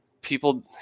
people